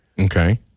Okay